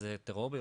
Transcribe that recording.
וזה טרור בירוקרטי,